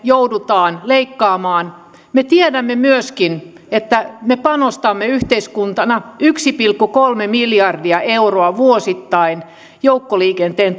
joudutaan leikkaamaan me tiedämme myöskin että me panostamme yhteiskuntana yksi pilkku kolme miljardia euroa vuosittain joukkoliikenteen